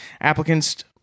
Applicants